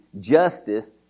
justice